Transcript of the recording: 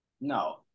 No